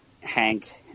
Hank